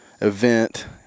Event